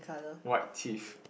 white teeth